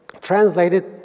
translated